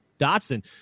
Dotson